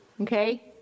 Okay